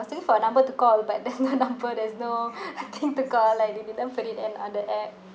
thinking for a number to call but there's no number there's no nothing to call like they didn't put it in on the app